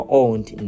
owned